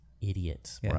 idiots